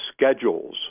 schedules